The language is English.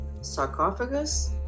sarcophagus